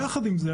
יחד עם זאת,